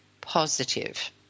positive